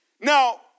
Now